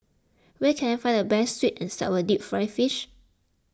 where can I find the best Sweet and Sour Deep Fried Fish